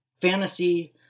fantasy